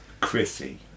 Chrissy